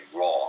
Raw